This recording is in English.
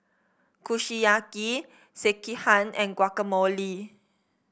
Kushiyaki Sekihan and Guacamole